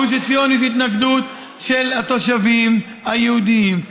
בגוש עציון יש התנגדות של התושבים היהודים,